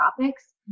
topics